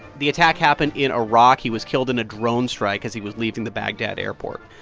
the attack happened in iraq. he was killed in a drone strike as he was leaving the baghdad airport.